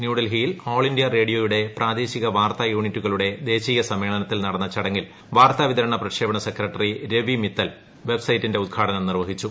ന്യൂഡൽഹിയിൽ all India റേഡിയോയുടെ പ്രാദേശിക വാർത്താ യൂണിറ്റുകളുടെ ദേശീയ സമ്മേളനത്തിൽ നടന്ന ചടങ്ങിൽ വാർത്താവിതരണ പ്രക്ഷേപണ സെക്രട്ടറി രവി മിത്തൽ വെബ്സൈറ്റിന്റെ ഉദ്ഘാടനം നിർവഹിച്ചു